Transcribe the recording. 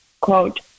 quote